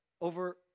over